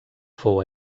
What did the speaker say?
fou